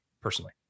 personally